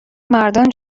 مردان